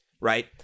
right